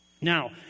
now